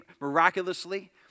miraculously